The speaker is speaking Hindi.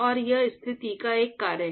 और यह स्थिति का एक कार्य है